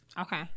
Okay